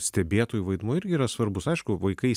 stebėtojų vaidmuo irgi yra svarbus aišku vaikai